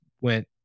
went